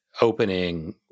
opening